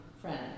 friend